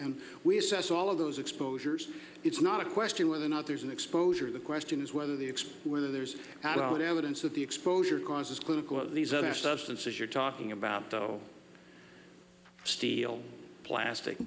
and we assess all of those exposures it's not a question whether or not there's an exposure to the question is whether the expose whether there's evidence of the exposure causes clinical of these other substances you're talking about steel plastic